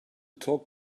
talk